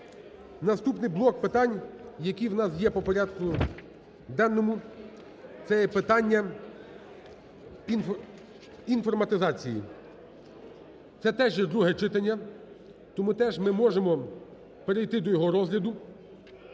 наступний блок питань, який у нас є по порядку денному – це є питання інформатизації. Це теж є друге читання, тому ми можемо перейти до його розгляду,